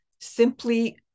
simply